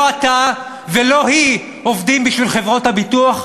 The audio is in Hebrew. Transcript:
אתה ולא היא עובדים בשביל חברות הביטוח,